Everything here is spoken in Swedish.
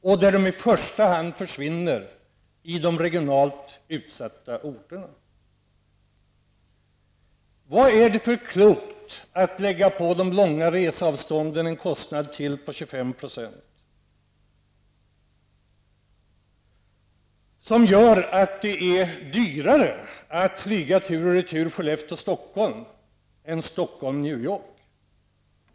De försvinner i första hand i de regionalt utsatta orterna. Vari ligger det kloka i att lägga på de långa reseavstånden en kostnad på 25 % som gör att det blir dyrare att flyga tur och retur Skellefteå-- Stockholm än Stockholm--New York?